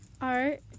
art